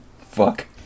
Fuck